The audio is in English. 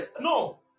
No